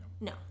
no